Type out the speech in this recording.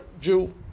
Jew